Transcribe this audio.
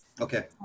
Okay